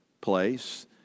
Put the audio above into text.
place